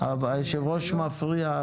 המכסות --- אולי היה על מה לדבר,